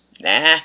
nah